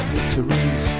Victories